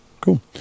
cool